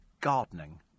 Gardening